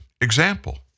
example